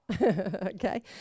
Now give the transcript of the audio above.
okay